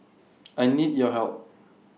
I need your help